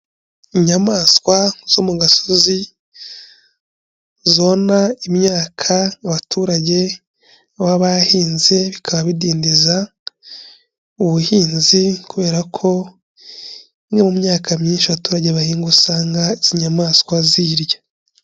Inyamaswa zo mu gasozi, zona imyaka abaturage baba bahinze, bikaba bidindiza ubuhinzi, kubera ko imwe mu myaka myinshi abaturage bahinga usanga izi nyamaswa ziyirya.